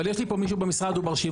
אבל יש לי פה מישהו במשרד שהוא ברשימה,